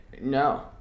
No